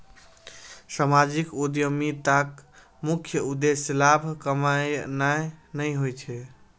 सामाजिक उद्यमिताक मुख्य उद्देश्य लाभ कमेनाय नहि होइ छै